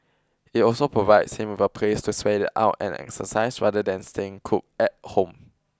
it also provides him a place to sweat it out and exercise rather than staying cooped at home